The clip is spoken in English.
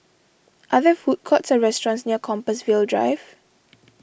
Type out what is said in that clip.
are there food courts or restaurants near Compassvale Drive